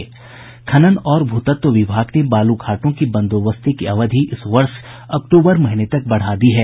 खनन और भूतत्व विभाग ने बालू घाटों की बंदोबस्ती की अवधि इस वर्ष अक्टूबर महीने तक बढ़ा दी है